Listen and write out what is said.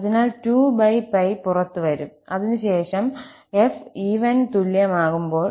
അതിനാൽ 2 π പുറത്ത് വരും അതിനുശേഷം 𝑓 ഈവൻ തുല്യമാകുമ്പോൾ